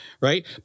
right